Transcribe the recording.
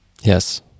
Yes